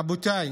רבותיי,